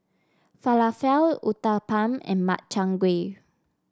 Falafel Uthapam and Makchang Gui